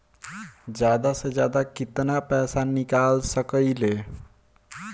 जादा से जादा कितना पैसा निकाल सकईले?